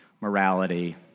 morality